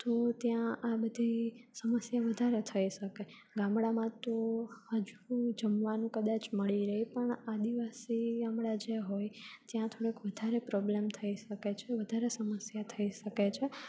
તો ત્યાં આ બધી સમસ્યા વધારે થઈ શકે ગામડામાં તો હજુ જમવાનું કદાચ મળી રહે પણ આદિવાસી ગામડા જે હોય ત્યાં થોડીક વધારે પ્રોબ્લમ થઈ શકે છે વધારે સમસ્યા થઈ શકે છે